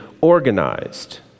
organized